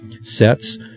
sets